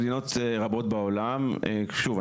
במדינות רבות בעולם שוב,